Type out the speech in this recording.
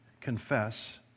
confess